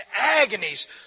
agonies